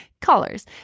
colors